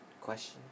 Question